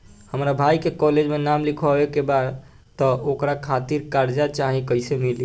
हमरा भाई के कॉलेज मे नाम लिखावे के बा त ओकरा खातिर कर्जा चाही कैसे मिली?